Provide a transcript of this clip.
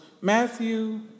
Matthew